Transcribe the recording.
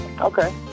Okay